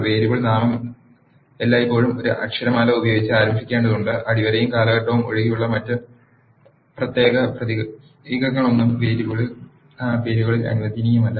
variable നാമം എല്ലായ്പ്പോഴും ഒരു അക്ഷരമാല ഉപയോഗിച്ച് ആരംഭിക്കേണ്ടതുണ്ട് അടിവരയും കാലഘട്ടവും ഒഴികെയുള്ള മറ്റ് പ്രത്യേക പ്രതീകങ്ങളൊന്നും വേരിയബിൾ പേരുകളിൽ അനുവദനീയമല്ല